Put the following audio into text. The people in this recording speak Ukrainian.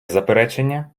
заперечення